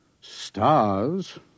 stars